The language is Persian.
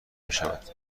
میشود